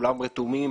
כולם רתומים